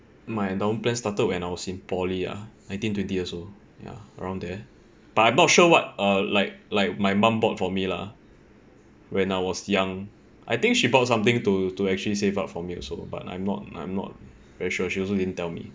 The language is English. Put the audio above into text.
my endowment plan started when I was in poly ah nineteen twenty years old ya around there but I'm not sure what uh like like my mum bought for me lah when I was young I think she bought something to to actually save up for me also but I'm not I'm not very sure she also didn't tell me